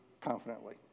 confidently